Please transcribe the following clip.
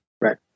Right